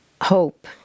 hope